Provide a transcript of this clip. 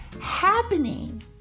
happening